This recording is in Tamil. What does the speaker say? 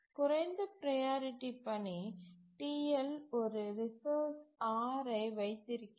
குறைந்த ப்ரையாரிட்டி பணி TL ஒரு ரிசோர்ஸ் R ஐ வைத்திருக்கிறது